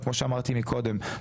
וכמו שאמרתי מקודם,